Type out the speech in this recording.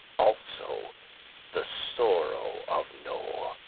also the sorrow of noe,